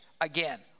Again